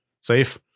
Safe